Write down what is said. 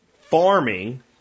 farming